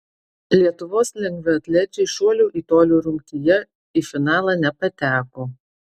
lietuvos lengvaatlečiai šuolių į tolį rungtyje į finalą nepateko